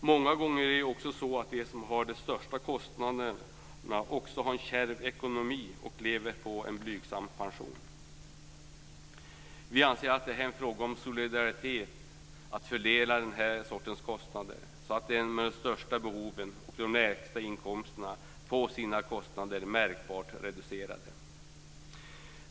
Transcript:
Många gånger är det ju också så att de som har de största kostnaderna också har en kärv ekonomi och lever på en blygsam pension. Vi anser att det är en fråga om solidaritet att fördela den här sortens kostnader så att de med de största behoven och de lägsta inkomsterna får sina kostnader märkbart reducerade.